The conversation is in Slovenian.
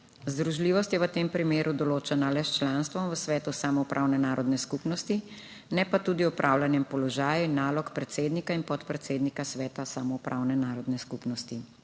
Združljivost je v tem primeru določena le s članstvom v svetu samoupravne narodne skupnosti, ne pa tudi z opravljanjem položaja in nalog predsednika in podpredsednika sveta samoupravne narodne skupnosti.